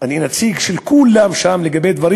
אני נציג של כולם שם, לגבי דברים